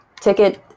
ticket